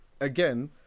again